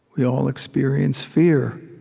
we all experience fear.